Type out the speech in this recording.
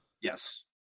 Yes